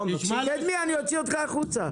לא, יש מישהו --- קדמי, אני אוציא אותך החוצה.